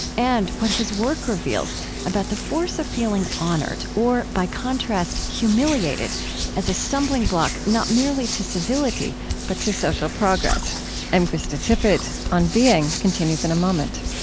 and what his work reveals about the force of feeling honored or, by contrast, humiliated as a stumbling block not merely to civility but to social progress i'm krista tippett. on being continues in a moment